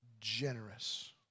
generous